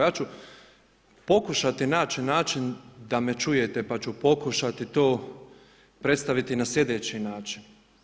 Ja ću pokušati nači način da me čujete, pa ću pokušati to predstaviti na sljedeći način.